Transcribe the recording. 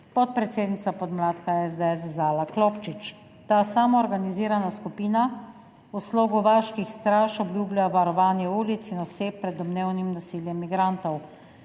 podpredsednica podmladka SDS Zala Klopčič. Ta samoorganizirana skupina v slogu vaških straž obljublja varovanje ulic in oseb pred domnevnim nasiljem migrantov.